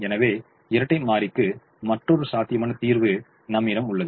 எனவே இரட்டைமாறிக்கு மற்றொரு சாத்தியமான தீர்வு நம்மிடம் உள்ளது